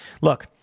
Look